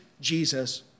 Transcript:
Jesus